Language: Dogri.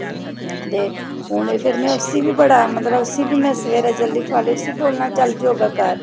केह् फिर उस्सी में सवेरै जल्दी ठोआली बोलना चल योगा कर